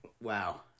Wow